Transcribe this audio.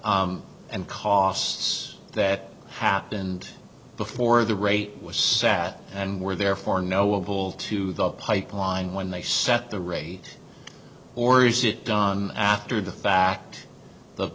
facts and costs that happened before the rate was sat and were therefore knowable to the pipeline when they set the rate or is it done after the fact the